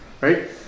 right